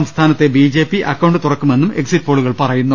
സംസ്ഥാനത്ത് B J P account തുറക്കുമെന്നും exit പോളുകൾ പറയുന്നു